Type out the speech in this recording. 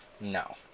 No